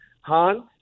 Han